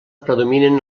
predominen